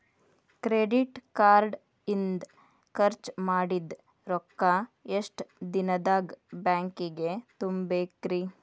Credit card ಇಂದ್ ಖರ್ಚ್ ಮಾಡಿದ್ ರೊಕ್ಕಾ ಎಷ್ಟ ದಿನದಾಗ್ ಬ್ಯಾಂಕಿಗೆ ತುಂಬೇಕ್ರಿ?